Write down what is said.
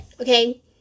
Okay